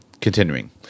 Continuing